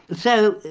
so,